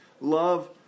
love